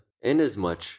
inasmuch